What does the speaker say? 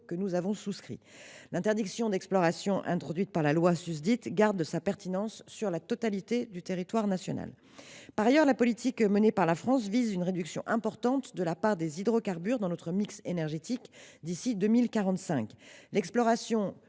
que nous avons pris. L’interdiction d’exploration introduite par cette loi garde sa pertinence sur la totalité du territoire national. Par ailleurs, la politique menée par la France vise une réduction importante de la part des hydrocarbures dans notre mix énergétique d’ici à 2045. L’exploration